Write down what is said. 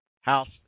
house